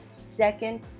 Second